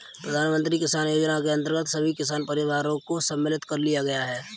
प्रधानमंत्री किसान योजना के अंतर्गत सभी किसान परिवारों को सम्मिलित कर लिया गया है